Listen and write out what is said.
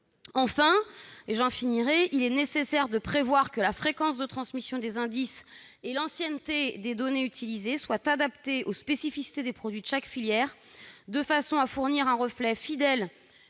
Enfin, il est nécessaire de prévoir que la fréquence de transmission des indices et l'ancienneté des données utilisées soient adaptées aux spécificités des produits de chaque filière, de façon à fournir un reflet fidèle